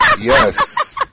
Yes